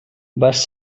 vas